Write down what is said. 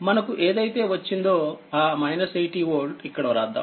మనకు ఏదైతే వచ్చిందో ఆ 80 వోల్ట్ ఇక్కడ వ్రాద్దాం